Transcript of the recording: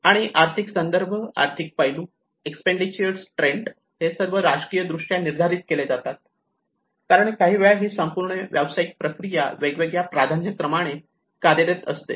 आणि आर्थिक संदर्भ आर्थिक पैलू एक्सपेंडिचर ट्रेंड हे सर्व राजकीय दृष्ट्या निर्धारीत केले जातात कारण काहीवेळा ही संपूर्ण व्यावसायिक प्रक्रिया वेगवेगळ्या प्राधान्यक्रमाने कार्यरत असते